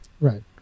Right